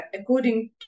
According